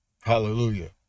hallelujah